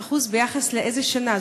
11% ביחס לאיזו שנה?